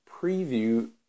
preview